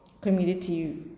community